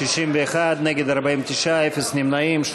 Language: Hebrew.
61, נגד, 49, אין מתנגדים.